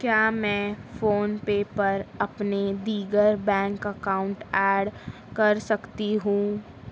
کیا میں PhonePe پر اپنے دیگر بینک اکاؤنٹ ایڈ کر سکتی ہوں